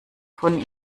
von